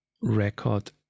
record